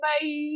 Bye